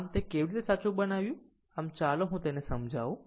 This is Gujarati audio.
તેને કેવી રીતે સાચું બનાવ્યું આમ ચાલો હું તેને સમજાવું